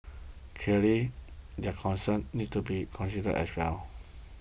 clearly their concerns need to be considered as well